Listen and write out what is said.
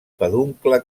peduncle